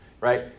right